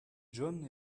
john